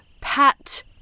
Pat